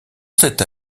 cette